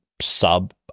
sub